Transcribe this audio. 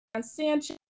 Sanchez